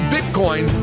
Bitcoin